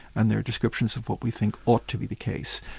and there are descriptions of what we think ought to be the case.